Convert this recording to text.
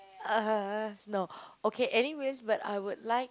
uh no okay anyways but I would like